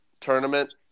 tournament